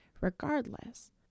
Regardless